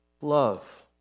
love